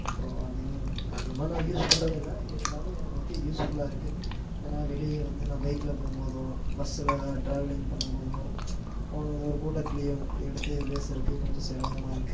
இப்போது அதிகம் அதிகமாக நான் யூஸ் பண்ணுறது இல்லை இருந்தாலும் எனக்கு வந்து யூஸ்ஃபுல்லாக இருக்குது ஏன்னா வெளியே வந்து நான் பைக்கில் போகும்போதும் பஸ்ஸில் ட்ராவல்லிங் பண்ணும்போதோ ஃபோன் வந்தால் ஒரு கூட்டத்துலேயும் எடுத்து பேசுறதுக்கு கொஞ்சம் சிரமமாக இருக்குது